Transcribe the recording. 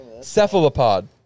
Cephalopod